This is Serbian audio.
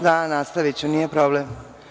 Da nastaviću, nije problem.